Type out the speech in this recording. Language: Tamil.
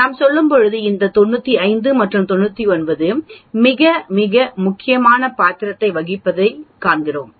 நாம் செல்லும்போது இந்த 95 மற்றும் 99 மிக முக்கியமான பாத்திரத்தை வகிப்பதைக் காண்போம்